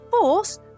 force